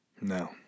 No